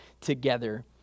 together